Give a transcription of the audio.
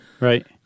right